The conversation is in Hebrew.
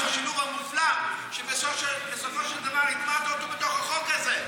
השילוב המופלא שבסופו של דבר הטמעת בתוך החוק הזה.